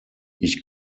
ich